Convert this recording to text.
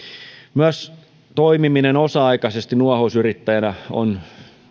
myös toimiminen osa aikaisesti nuohousyrittäjänä on